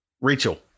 Rachel